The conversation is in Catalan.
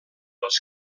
els